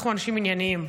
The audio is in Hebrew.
אנחנו אנשים ענייניים,